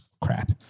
crap